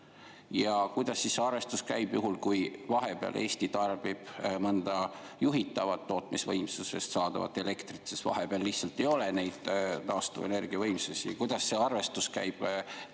Kuidas see arvestus käib juhul, kui vahepeal Eesti tarbib mõnest juhitavast tootmisvõimsusest saadavat elektrit, sest lihtsalt ei ole neid taastuvenergiavõimsusi? Kuidas see arvestus käib teiste